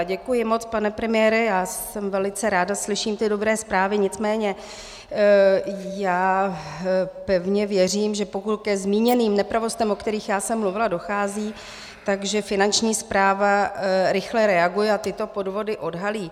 Děkuji moc, pane premiére, já velice ráda slyším ty dobré zprávy, nicméně pevně věřím, že pokud ke zmíněným nepravostem, o kterých já jsem mluvila, dochází, tak že Finanční správa rychle reaguje a tyto podvody odhalí.